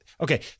okay